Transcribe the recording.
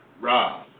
Rob